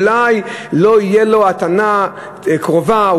שאולי לא תהיה לו הטענה קרובה,